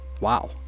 Wow